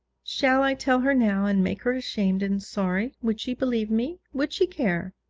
shall i tell her now, and make her ashamed and sorry would she believe me? would she care?